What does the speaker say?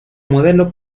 modelo